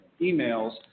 emails